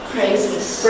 Praises